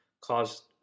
caused